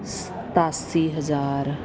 ਸਤਾਸੀ ਹਜ਼ਾਰ